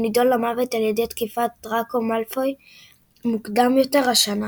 שנידון למוות על תקיפת דראקו מאלפוי מוקדם יותר השנה.